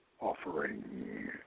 offering